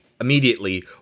immediately